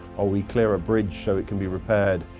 or we clear a bridge so it can be repaired,